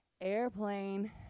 airplane